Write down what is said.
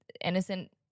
innocent